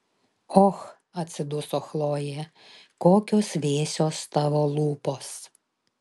och atsiduso chlojė kokios vėsios tavo lūpos